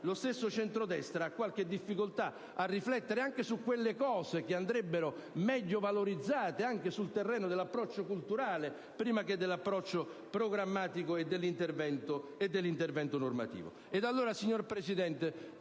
lo stesso centrodestra ha qualche difficoltà a riflettere su quegli aspetti che andrebbero meglio valorizzati anche sul terreno dell'approccio culturale, prima che programmatico, e dell'intervento normativo.